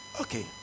okay